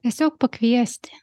tiesiog pakviesti